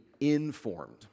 informed